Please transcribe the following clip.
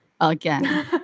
again